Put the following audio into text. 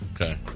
Okay